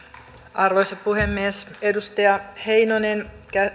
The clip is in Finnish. arvoisa puhemies edustaja heinonen